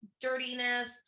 dirtiness